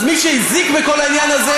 אז מה שהזיק בכל העניין הזה,